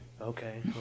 Okay